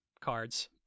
cards